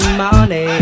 money